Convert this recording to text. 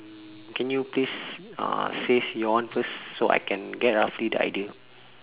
mm can you please uh says your one first so I can get roughly the idea